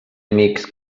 amics